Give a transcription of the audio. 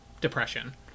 depression